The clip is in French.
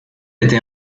été